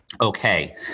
okay